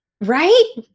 Right